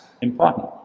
important